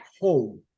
home